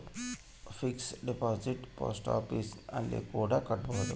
fixed deposit post office ಅಲ್ಲಿ ಕೂಡ ಕಟ್ಬೋದು